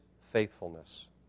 faithfulness